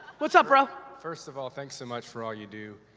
what's up bro? first of all, thanks so much for all you do.